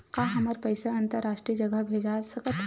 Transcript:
का हमर पईसा अंतरराष्ट्रीय जगह भेजा सकत हे?